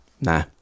nah